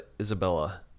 Isabella